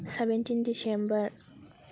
seventeen December